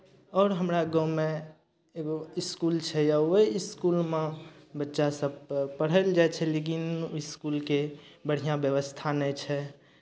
आओर हमरा गाँवमे एगो इसकुल छै आ ओहि इसकुलमे बच्चासभ तऽ पढ़य लेल जाइ छै लेकिन इसकुलके बढ़िआँ व्यवस्था नहि छै